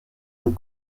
und